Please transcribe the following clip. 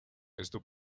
esto